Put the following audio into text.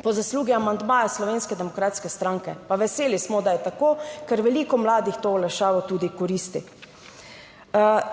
po zaslugi amandmaja Slovenske demokratske stranke. Pa veseli smo, da je tako, ker veliko mladih to olajšavo tudi koristi.